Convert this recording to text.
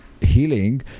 healing